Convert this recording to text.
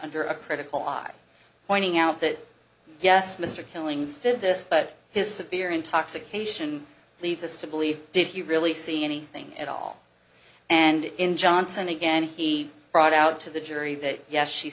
under a critical eye pointing out that yes mr killings did this but his severe intoxication leads us to believe did he really see anything at all and in johnson again he brought out to the jury that yes she